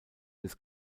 des